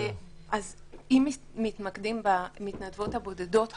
אז אם מתמקדים במתנדבות הבודדות העולות,